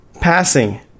Passing